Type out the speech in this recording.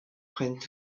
prennent